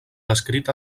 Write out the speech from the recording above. descrit